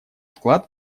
вклад